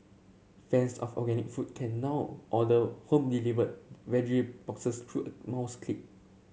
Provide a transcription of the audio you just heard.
fans of organic food can now order home delivered veggie boxes through a mouse click